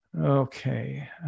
Okay